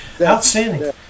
Outstanding